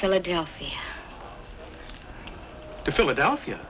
philadelphia to philadelphia